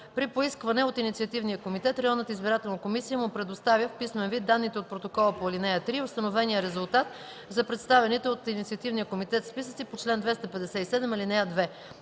При поискване от инициативния комитет Централната избирателна комисия му предоставя в писмен вид данните от протокола по ал. 3 и установения резултат за представените от инициативния комитет списъци по чл. 320, ал. 2.